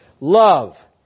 Love